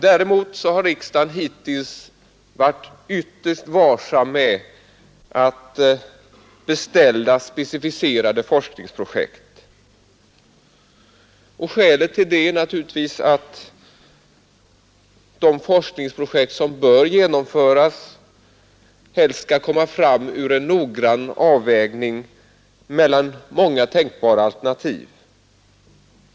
Däremot har riksdagen hittills varit ytterst varsam med att beställa specificerade forskningsprojekt. Skälet till det är naturligtvis att de forskningsprojekt som bör genomföras helst skall komma fram ur en noggrann avvägning mellan många tänkbara alternativ.